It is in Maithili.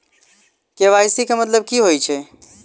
के.वाई.सी केँ मतलब की होइ छै?